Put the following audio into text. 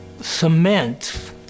cement